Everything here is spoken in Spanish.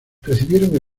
recibieron